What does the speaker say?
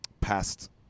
past